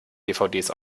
dvds